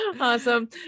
Awesome